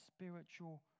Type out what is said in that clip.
spiritual